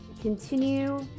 continue